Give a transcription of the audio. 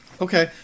Okay